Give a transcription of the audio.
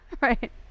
right